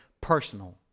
personal